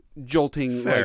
jolting